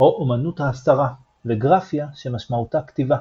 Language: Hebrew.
או אומנות ההסתרה, ו"גרפיה" שמשמעותה "כתיבה".